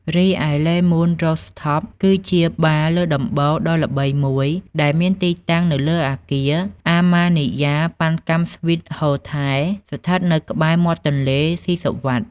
រីឯ លេ មូន រូហ្វថប (Le Moon Rooftop) គឺជាបារលើដំបូលដ៏ល្បីមួយ ដែលមានទីតាំងនៅលើអគារ អាម៉ានីយ៉ា ប៉ាន់កាំ ស៊្វីត ហូថេល (Amanjaya Pancam Suites Hotel) ស្ថិតនៅក្បែរមាត់ទន្លេសុីសុវត្ថិ។